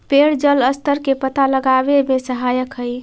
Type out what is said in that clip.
पेड़ जलस्तर के पता लगावे में सहायक हई